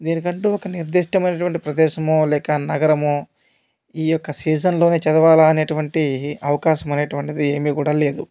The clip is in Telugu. దీనికంటూ ఒక నిర్దిష్టమైన అటువంటి ప్రదేశమో లేక నగరమో ఈ యొక్క సీజన్లోనే చదవాలి అనేటువంటి అవకాశం అనేటి అటువంటిది ఏమీ కూడా లేదు